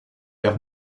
l’air